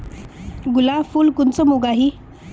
गुलाब फुल कुंसम उगाही?